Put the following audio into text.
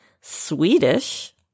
Swedish